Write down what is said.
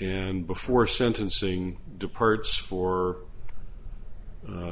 and before sentencing departs for